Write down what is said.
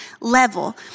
level